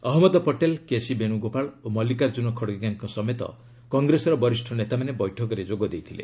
ଅହମ୍ମଦ ପଟେଲ୍ କେସି ବେଣୁଗୋପାଳ ଓ ମଲ୍ଟିକାର୍ଜୁନ ଖଡ୍ଗେଙ୍କ ସମେତ କଂଗ୍ରେସର ବରିଷ ନେତାମାନେ ବୈଠକରେ ଯୋଗ ଦେଇଥିଲେ